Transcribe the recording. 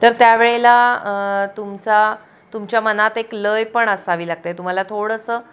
तर त्या वेळेला तुमचा तुमच्या मनात एक लय पण असावी लागते तुम्हाला थोडंसं